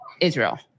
Israel